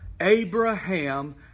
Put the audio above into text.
Abraham